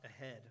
ahead